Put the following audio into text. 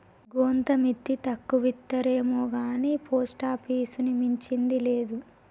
గోంత మిత్తి తక్కువిత్తరేమొగాని పోస్టాపీసుని మించింది లేదు